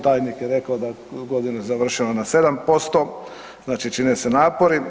Tajnik je rekao da godinu završava na 7%, znači čine se napori.